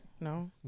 No